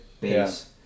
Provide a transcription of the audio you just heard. base